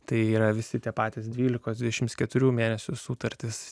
tai yra visi tie patys dvylikos dvidešimt keturių mėnesių sutartis